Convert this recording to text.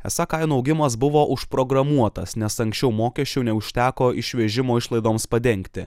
esą kainų augimas buvo užprogramuotas nes anksčiau mokesčių neužteko išvežimo išlaidoms padengti